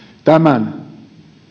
tämän